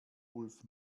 ulf